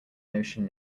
notion